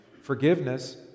Forgiveness